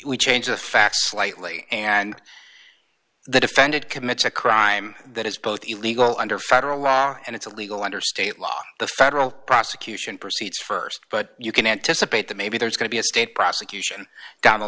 we change the facts slightly and that offended commits a crime that is both illegal under federal law and it's illegal under state law the federal prosecution proceeds st but you can anticipate that maybe there's going to be a state prosecution down the